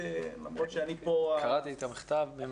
קראתי את המכתב.